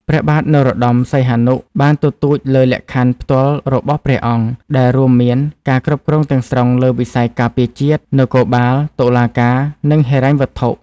ព្រះបាទនរោត្តម សីហនុបានទទូចលើលក្ខខណ្ឌផ្ទាល់របស់ព្រះអង្គ ដែលរួមមានការគ្រប់គ្រងទាំងស្រុងលើវិស័យការពារជាតិ នគរបាល តុលាការ និងហិរញ្ញវត្ថុ។